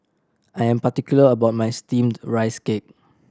I am particular about my Steamed Rice Cake